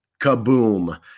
kaboom